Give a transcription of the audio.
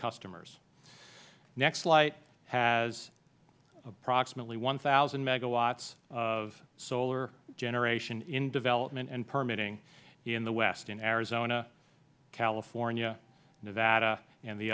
customers nextlight has approximately one thousand megawatts of solar generation in development and permitting in the west in arizona california nevada and the